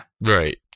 Right